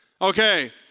Okay